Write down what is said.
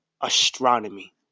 astronomy